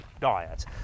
diet